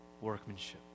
workmanship